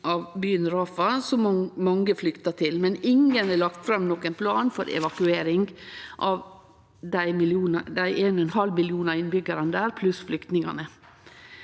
av byen Rafah, som mange har flykta til, men ingen har lagt fram nokon plan for evakuering av dei 1,5 millionar innbyggjarane der pluss flyktningane.